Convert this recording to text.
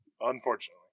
Unfortunately